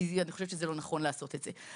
כי אני חושבת שזה לא נכון לעשות את זה.